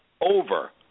over